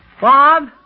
Bob